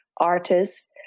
artists